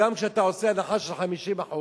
גם כשאתה עושה הנחה של 50%,